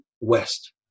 West